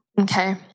Okay